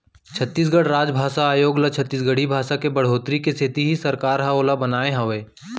छत्तीसगढ़ राजभासा आयोग ल छत्तीसगढ़ी भासा के बड़होत्तरी के सेती ही सरकार ह ओला बनाए हावय